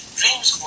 dreams